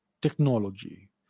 technology